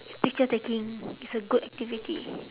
picture taking is a good activity